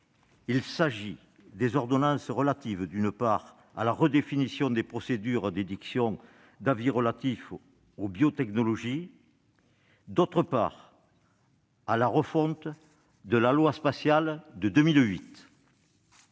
Il s'agit des ordonnances relatives, d'une part, à la redéfinition des procédures d'édiction d'avis relatifs aux biotechnologies, et, d'autre part, à la refonte de la loi relative aux